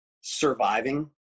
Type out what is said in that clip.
surviving